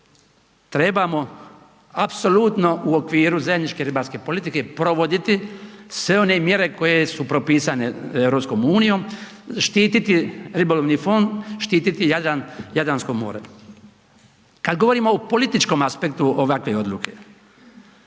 trebamo apsolutno u okviru zemljiške ribarske politike provoditi sve one mjere koje su propisane EU, štiti ribolovni fond, štititi Jadran i Jadransko more. Kad govorimo o političkom aspektu ovakve odluke,